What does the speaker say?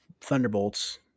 Thunderbolts